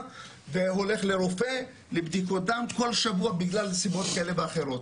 והולך לרופא ולבדיקות דם כל שבוע בגלל סיבות כאלה ואחרות.